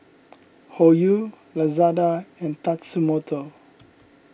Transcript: Hoyu Lazada and Tatsumoto